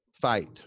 fight